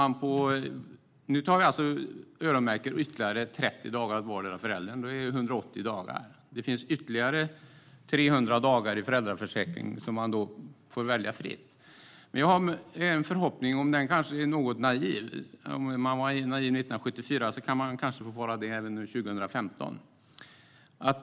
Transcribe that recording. Nu öronmärker vi ytterligare 30 dagar för vardera föräldern så att det blir 180 dagar. Det finns ytterligare 300 dagar i föräldraförsäkringen där man får välja fritt. Jag har en förhoppning, även om den kanske är naiv, men om jag var det 1974 får jag kanske vara det även nu, 2015.